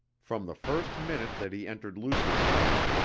from the first minute that he entered luce's house,